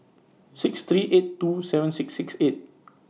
six three eight two seven six six eight